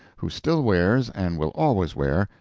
who still wears, and will always wear,